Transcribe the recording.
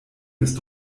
ist